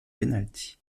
pénalty